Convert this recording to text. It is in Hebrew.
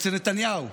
אצל נתניהו,